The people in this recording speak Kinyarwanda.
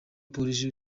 polisi